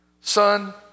Son